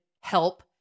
help